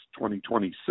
2026